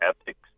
ethics